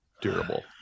durable